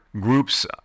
groups